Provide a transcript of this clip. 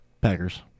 Packers